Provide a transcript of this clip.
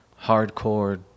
hardcore